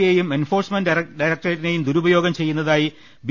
യെയും എൻഫോഴ്സ്മെന്റ് ഡ യറക്ട്രേറ്റിനെയും ദുരുപയോഗം ചെയ്യുന്നതായി ബി